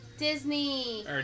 Disney